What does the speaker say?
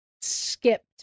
skipped